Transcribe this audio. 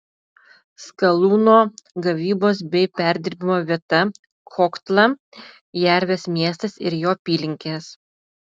skalūno gavybos bei perdirbimo vieta kohtla jervės miestas ir jo apylinkės